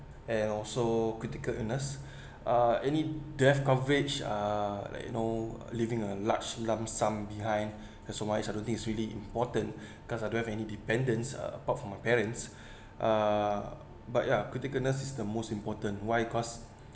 and also critical illness uh any death coverage uh like you know leaving a large lump sum behind so much I don't think is really important because I don't have any dependence uh apart from my parents uh but ya critical illness is the most important why cause